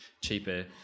cheaper